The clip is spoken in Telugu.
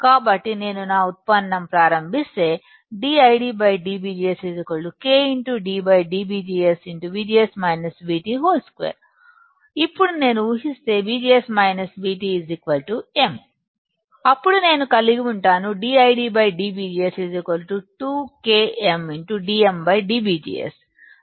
కాబట్టి నేను నా ఉత్పన్నం ప్రారంభిస్తే dID dVGS K d dVGS 2 ఇప్పుడు నేను ఊహిస్తే VGS VT m అప్పుడు నేను కలిగి ఉంటాను dID dVGS 2 Km dm dVGS